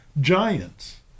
giants